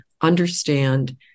understand